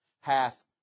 hath